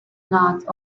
not